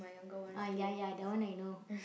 ah ya ya that one I know